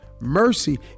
mercy